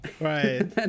Right